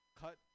cut